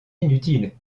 inutiles